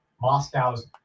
Moscow's